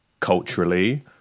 culturally